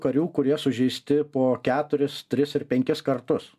karių kurie sužeisti po keturis tris ir penkis kartus